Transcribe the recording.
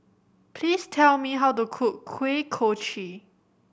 please tell me how to cook Kuih Kochi